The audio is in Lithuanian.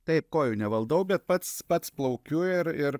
taip kojų nevaldau bet pats pats plaukiu ir ir